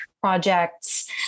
projects